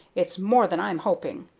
it's more than i'm hoping.